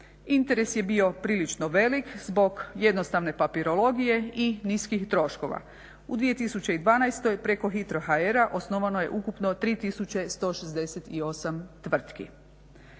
Interes je bio prilično velik zbog jednostavne papirologije i niskih troškova. U 2012. preko hitro.hr osnovano je ukupno 3168 tvrtki.